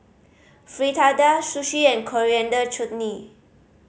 Fritada Sushi and Coriander Chutney